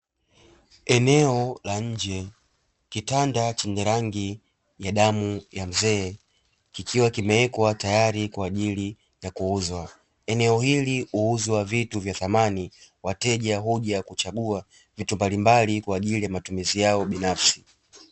Eneo la nje, kitanda chenye rangi ya damu ya mzee kikiwa kimewekwa tayari kwa ajili ya kuuzwa. Eneo hili huuzwa vitu vya samani, wateja huja kuchagua vitu mbalimbali kwa ajili ya matumizi yao binafsi.